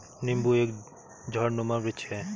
नींबू एक झाड़नुमा वृक्ष है